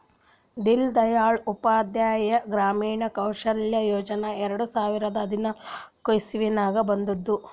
ದೀನ್ ದಯಾಳ್ ಉಪಾಧ್ಯಾಯ ಗ್ರಾಮೀಣ ಕೌಶಲ್ಯ ಯೋಜನಾ ಎರಡು ಸಾವಿರದ ಹದ್ನಾಕ್ ಇಸ್ವಿನಾಗ್ ಬಂದುದ್